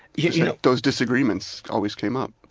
you know those disagreements always came up.